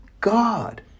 God